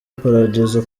paradizo